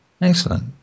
Excellent